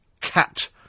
cat